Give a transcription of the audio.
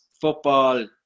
football